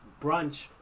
brunch